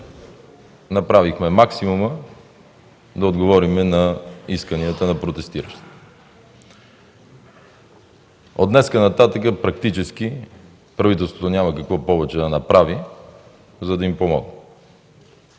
направихме максимума да отговорим на исканията на протестиращите. От днес нататък практически правителството няма какво повече да направи, за да им помогне.